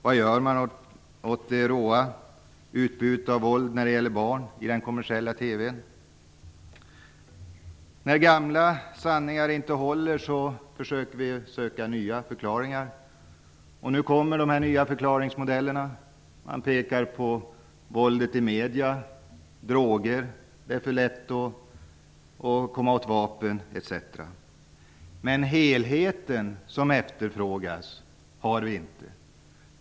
Vad görs åt det råa utbudet av våld riktat till barn i den kommersiella När gamla sanningar inte håller söker vi nya förklaringar. Nu kommer nya förklaringsmodeller. Man pekar på våldet i medierna, droger, att det är för lätt att komma åt vapen, etc. Men den helhet som efterfrågas har vi inte.